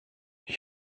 ich